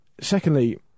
Secondly